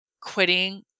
quitting